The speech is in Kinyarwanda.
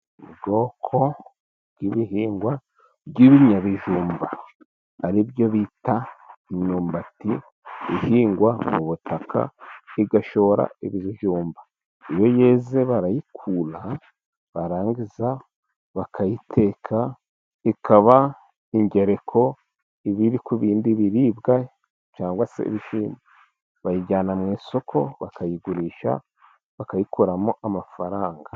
Ubwoko bw'ibihingwa by'ibinyabijumba ari byo bita imyumbati, ihingwa mu butaka igashora ibijumba, iyo yeze barayikura barangiza bakayiteka ikaba ingereko, iba iri ku bindi biribwa cyangwa se ibishyimbo , bayijyana mu isoko bakayigurisha bakayikuramo amafaranga.